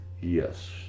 Yes